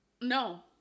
no